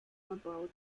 verbaut